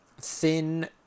thin